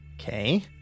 Okay